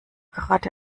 gerade